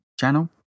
channel